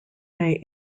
may